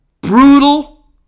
brutal